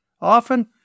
often